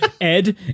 Ed